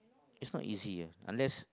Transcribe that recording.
it's not easy eh unless